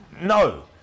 No